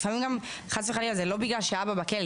לפעמים גם זה לא בגלל שאבא בכלא,